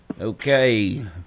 Okay